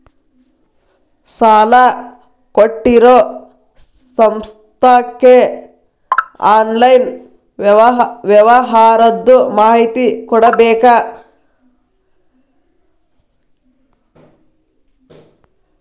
ಸಾಲಾ ಕೊಟ್ಟಿರೋ ಸಂಸ್ಥಾಕ್ಕೆ ಆನ್ಲೈನ್ ವ್ಯವಹಾರದ್ದು ಮಾಹಿತಿ ಕೊಡಬೇಕಾ?